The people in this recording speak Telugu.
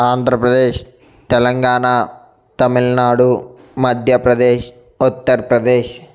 ఆంధ్రప్రదేశ్ తెలంగాణ తమిళనాడు మధ్యప్రదేశ్ ఉత్తరప్రదేశ్